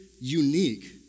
unique